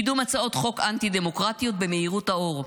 קידום הצעות חוק אנטי-דמוקרטיות במהירות האור,